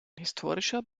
historischer